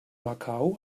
macau